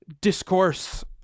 discourse